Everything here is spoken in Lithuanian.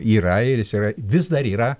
yra ir jis yra vis dar yra